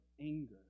anger